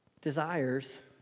desires